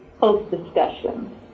post-discussion